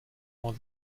more